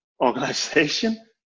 organization